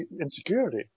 insecurity